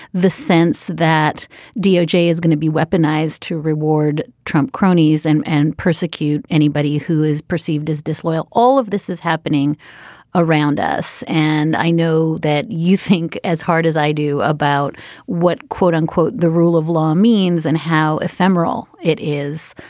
the sense that doj is going to be weaponized to reward trump cronies and and persecute. anybody who is perceived as disloyal. all of this is happening around us, and i know that you think as hard as i do about what quote unquote, the rule of law means and how ephemeral it is.